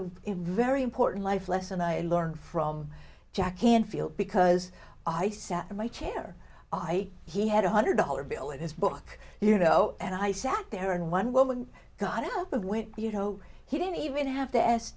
a very important life lesson i learned from jackie and feel because i sat in my chair i he had a hundred dollar bill in his book you know and i sat there and one woman got up and went you know he didn't even have to